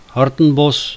Hartenbos